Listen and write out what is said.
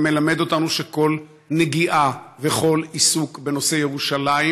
זה מלמד אותנו שכל נגיעה וכל עיסוק בנושא ירושלים,